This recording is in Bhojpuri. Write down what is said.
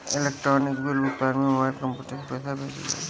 इलेक्ट्रोनिक बिल भुगतान में मोबाइल, कंप्यूटर से पईसा भेजल जाला